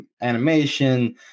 animation